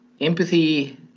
Empathy